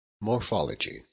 Morphology